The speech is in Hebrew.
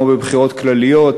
כמו בבחירות כלליות,